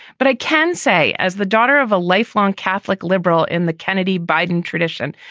but i can say, as the daughter of a lifelong catholic liberal in the kennedy biden tradition,